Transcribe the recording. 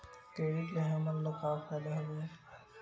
Credit ले हमन ला का फ़ायदा हवय?